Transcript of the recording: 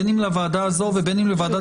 בין אם לוועדה הזו ובין אם לוועדה לביטחון הפנים.